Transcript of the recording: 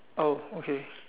okay